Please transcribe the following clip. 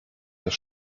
das